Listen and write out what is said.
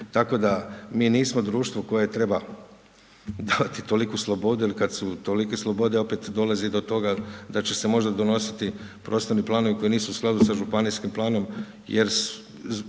Tako da mi nismo društvo koje treba davati toliku slobodu, jer kada su tolike slobode, opet dolazi do toga da će se možda donositi prostorni planovi, koji nisu u skladu sa županijskim planom, jer da